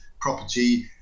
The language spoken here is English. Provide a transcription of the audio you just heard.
property